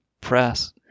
press